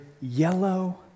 yellow